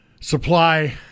supply